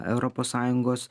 europos sąjungos